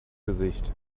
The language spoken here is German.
gesicht